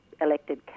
elected